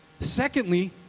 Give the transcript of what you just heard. Secondly